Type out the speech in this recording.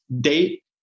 date